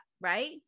right